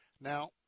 Now